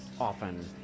often